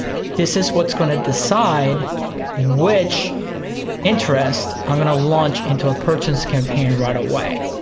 this is what's gonna decide which interest i'm gonna launch into a purchase campaign right away.